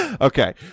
Okay